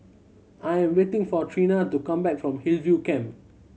I'm waiting for Trena to come back from Hillview Camp